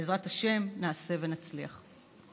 בעזרת השם, נעשה ונצליח.